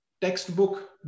textbook